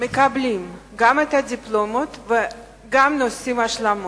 גם מקבלים את הדיפלומות וגם עושים השלמות.